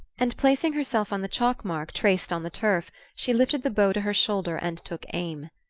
and placing herself on the chalk-mark traced on the turf she lifted the bow to her shoulder and took aim.